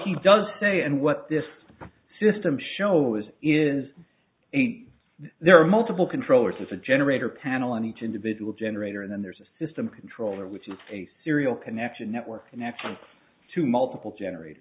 he does say and what this system shows is there are multiple controllers with a generator panel on each individual generator and then there's a system controller which is a serial connection network connection to multiple generat